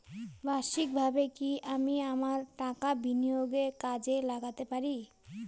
বার্ষিকভাবে কি আমি আমার টাকা বিনিয়োগে কাজে লাগাতে পারি?